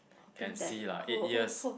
can see lah eight years